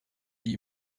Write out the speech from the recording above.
die